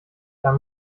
dann